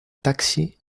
taxi